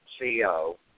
co